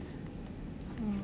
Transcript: mm